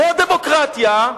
אבירי הדמוקרטיה,